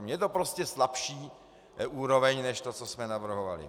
Je to prostě slabší úroveň než to, co jsme navrhovali.